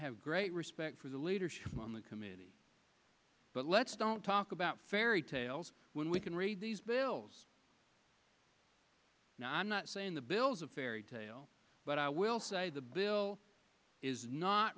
have great respect for the leadership on the committee but let's don't talk about fairy tales when we can raise these bills now i'm not saying the bills of fairytale but i will say the bill is not